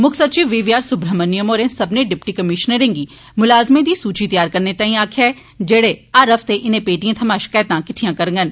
मुक्ख सचिव B V R Subramaniam होरें सब्बनें डिप्टी कमीश्नरें गी मुलाज़में दी सूची तैयार करने ताईं आक्खेआ ऐ जेड़े हर हफ्ते इनें पेटिए थमां शकैतां किष्ठियां करगंन